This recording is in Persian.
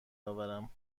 آورم